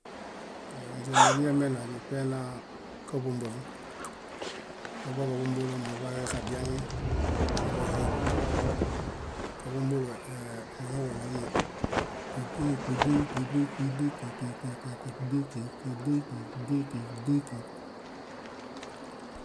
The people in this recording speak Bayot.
Iyo ínźe moźiñamena źiṗainaa káḃombolõ. Múḃaġaḃombolõ, muḃaġadiaŋe, múḃahiḃo. Káḃombolõ ẽẽ monuġuɭomi kúngũ, kúngũ, kúngũ, kúngũ, kũkũkũkũ, kúngũkũ, kúngũkũ, kúngũkũ.